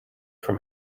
from